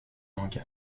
lanka